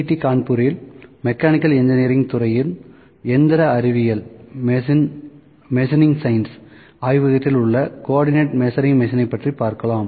D கான்பூரில் mechanical engineering துறையின் எந்திர அறிவியல் ஆய்வகத்தில் உள்ள கோஆர்டினேட் மெஷரிங் மெஷினை பற்றி பார்க்கலாம்